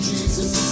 Jesus